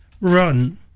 run